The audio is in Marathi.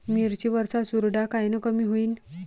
मिरची वरचा चुरडा कायनं कमी होईन?